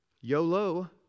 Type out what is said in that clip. YOLO